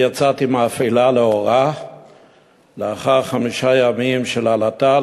היום יצאתי מאפלה לאורה לאחר חמישה ימים של עלטה,